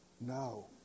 no